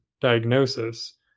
diagnosis